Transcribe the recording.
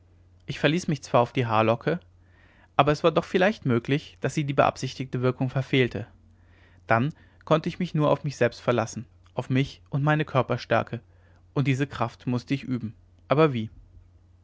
ich verließ mich zwar auf die haarlocke aber es war doch vielleicht möglich daß sie die beabsichtigte wirkung verfehlte dann konnte ich mich nur auf mich selbst verlassen auf mich und meine körperstärke und diese kraft mußte ich üben aber wie